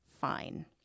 fine